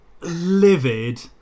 livid